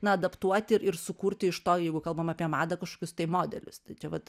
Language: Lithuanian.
na adaptuoti ir ir sukurti iš to jeigu kalbam apie madą kažkokius tai modelius tai čia vat